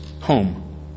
home